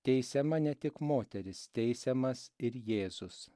teisiama ne tik moteris teisiamas ir jėzus